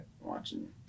Watching